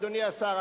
אדוני השר,